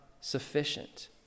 sufficient